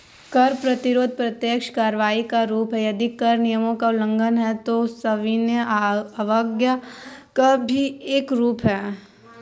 कर प्रतिरोध प्रत्यक्ष कार्रवाई का रूप है, यदि कर नियमों का उल्लंघन है, तो सविनय अवज्ञा का भी एक रूप है